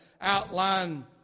outline